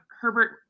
herbert